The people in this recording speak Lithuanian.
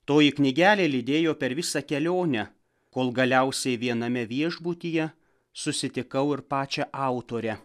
toji knygelė lydėjo per visą kelionę kol galiausiai viename viešbutyje susitikau ir pačią autorę